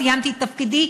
סיימתי את תפקידי,